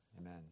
Amen